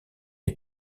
est